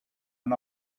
and